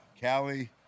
Callie